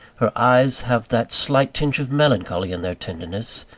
her eyes have that slight tinge of melancholy in their tenderness,